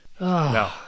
No